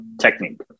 technique